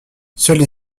seules